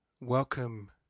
Welcome